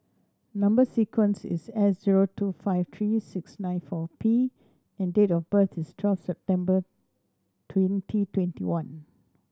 number sequence is S zero two five three six nine four P and date of birth is twelve September twenty twenty one